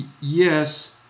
Yes